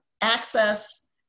access